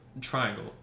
triangle